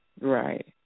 Right